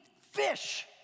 fish